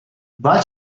but